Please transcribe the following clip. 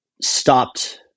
stopped